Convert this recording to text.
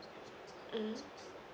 mm